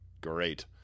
Great